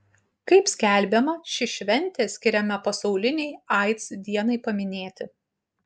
kaip skelbiama ši šventė skiriama pasaulinei aids dienai paminėti